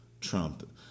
Trump